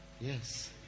Yes